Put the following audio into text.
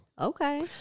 Okay